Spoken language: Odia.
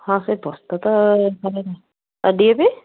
ହଁ ସେ ପ୍ରସ୍ତୁତ ଆଉ ଡିଏପି